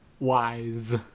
Wise